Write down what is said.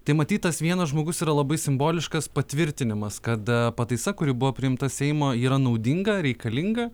tai matyt tas vienas žmogus yra labai simboliškas patvirtinimas kad pataisa kuri buvo priimta seimo yra naudinga reikalinga